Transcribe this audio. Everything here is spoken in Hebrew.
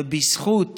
בזכות